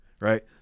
right